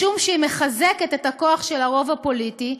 "משום שהיא מחזקת את הכוח של הרוב הפוליטי,